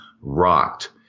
rocked